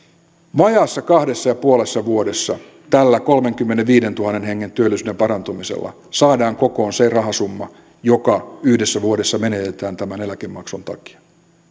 vajaassa kahdessa ja puolessa vuodessa tällä kolmenkymmenenviidentuhannen hengen työllisyyden parantumisella saadaan kokoon se rahasumma joka yhdessä vuodessa menetetään tämän eläkemaksun takia